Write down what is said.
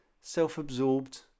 self-absorbed